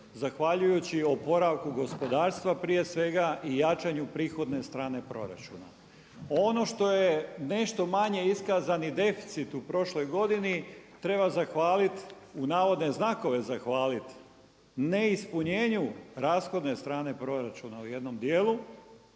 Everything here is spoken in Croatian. zahvaljujući oporavku gospodarstva prije svega i jačanju prihodne strane proračuna. Ono što je nešto manje iskazani deficit u prošloj godini treba zahvaliti, u navodne znakove „zahvaliti“ ne ispunjenju rashodne strane proračuna u jednom dijelu